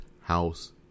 House